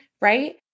right